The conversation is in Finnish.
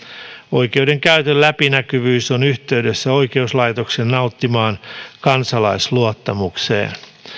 oikeudenkäytön läpinäkyvyys on yhteydessä oikeuslaitoksen nauttimaan kansalaisluottamukseen